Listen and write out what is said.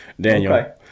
Daniel